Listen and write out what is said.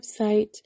website